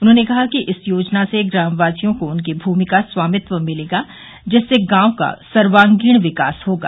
उन्होंने कहा कि इस योजना से ग्रामवासियों को उनकी भूमि का स्वामित्व मिलेगा जिससे गांव का सर्वांगीण विकास होगा